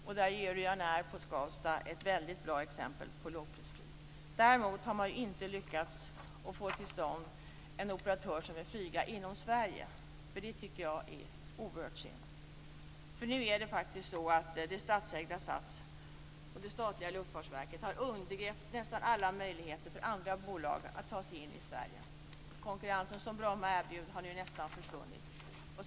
Ryanair på Skavsta flygplats är ett väldigt bra exempel på lågprisflyg. Däremot har man inte lyckats få till stånd en operatör som vill flyga inom Sverige. Det tycker jag är oerhört synd. Nu har faktiskt det statsägda SAS och det statliga Luftfartsverket undergrävt nästan alla möjligheter för andra bolag att ta sig in i Sverige. Den konkurrens som Bromma flygplats erbjöd har nu nästan försvunnit.